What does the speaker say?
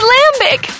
Lambic